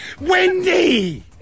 Wendy